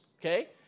okay